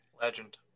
Legend